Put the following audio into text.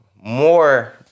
more